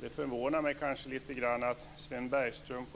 Det förvånar mig lite grann att Sven Bergström